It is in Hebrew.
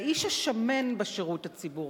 "האיש השמן" בשירות הציבורי,